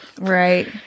Right